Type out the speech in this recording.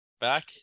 back